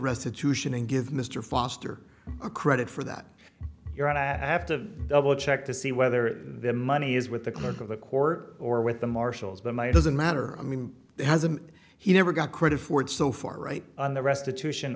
restitution and give mr foster a credit for that you're right i have to double check to see whether the money is with the clerk of the court or with the marshals but my it doesn't matter i mean he has a he never got credit for it so far right on the restitution